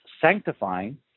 sanctifying